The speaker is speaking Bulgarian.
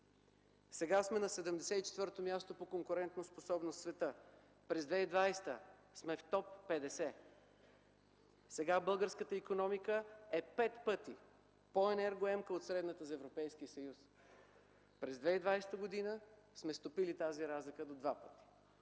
Сега сме на 74-то място по конкурентоспособност в света. През 2020 г. сме в топ 50. - Сега българската икономика е пет пъти по-енергоемка от средната за Европейския съюз. През 2020 г. сме стопили тази разлика до два пъти.